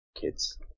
Kids